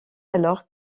alors